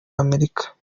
america